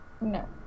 No